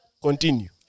Continue